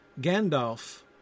Gandalf